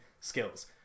skills